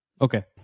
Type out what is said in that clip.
okay